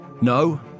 No